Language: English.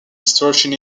distortion